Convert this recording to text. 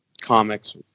comics